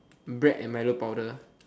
bread and milo powder